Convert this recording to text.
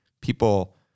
people